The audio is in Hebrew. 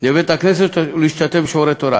בבית-הכנסת ולהשתתף בשיעורי תורה,